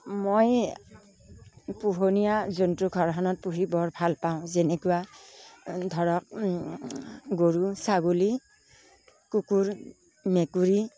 মই পোহনীয়া জন্তু ঘৰখনত পুহি বৰ ভালপাওঁ যেনেকুৱা ধৰক গৰু ছাগলী কুকুৰ মেকুৰী